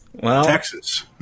Texas